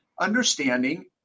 Understanding